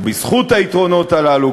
או בזכות היתרונות הללו,